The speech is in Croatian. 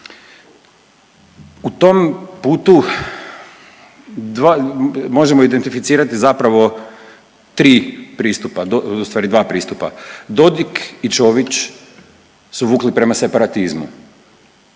U tom putu možemo identificirati zapravo tri pristupa, ustvari dva pristupa, Dodik i Čović su vukli prema separatizmu